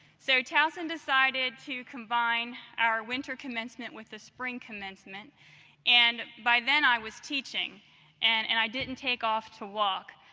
so towson decided to combine our winter commencement with the spring commencement and, by then, i was teaching and and i didn't take off to walk.